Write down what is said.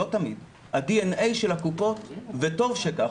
לא תמיד ה-DNA של הקופות וטוב שכך,